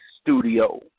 studio